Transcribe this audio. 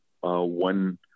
one